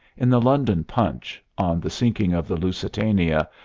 in the london punch, on the sinking of the lusitania,